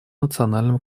национальном